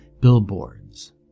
billboards